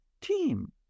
team